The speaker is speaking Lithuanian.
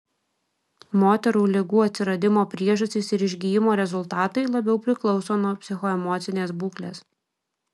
moterų ligų atsiradimo priežastys ir išgijimo rezultatai labiau priklauso nuo psichoemocinės būklės